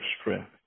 strength